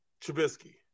Trubisky